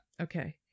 Okay